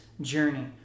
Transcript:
journey